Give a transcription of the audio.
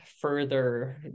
further